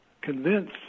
convince